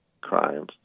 crimes